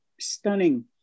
stunning